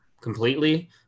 completely